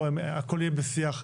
הכל יהיה בשיח.